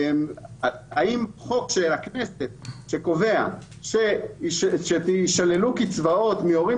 חוק של הכנסת שקובע שישללו קצבאות מהורים